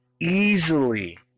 easily